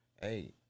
hey